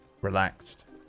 relaxed